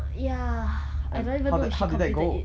ya I don't even know if she completed it